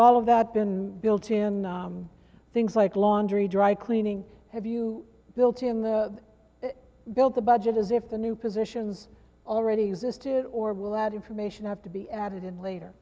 all of that been built in things like laundry dry cleaning have you built in the build the budget as if the new positions already existed or will that information have to be added later